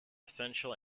essential